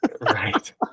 right